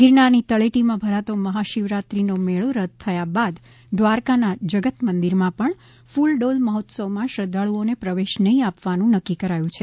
ગિરનારની તળેટીમાં ભરાતો મહા શિવરાત્રિનો મેળો રદ થયા બાદ દ્વારકા ના જગત મંદિર માં પણ કૂલડોલ મહોત્વ્સવમાં શ્રદ્વાળુઓને પ્રવેશ નહીં આપવાનું નક્કી કરાયું છે